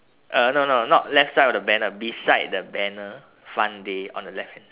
uh no no not left side of the banner beside the banner fun day on the left hand